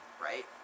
right